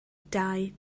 dau